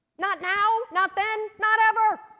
not now, not then, not ever!